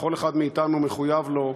וכל אחד מאתנו מחויב לו,